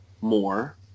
more